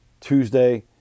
Tuesday